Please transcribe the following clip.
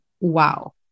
wow